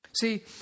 See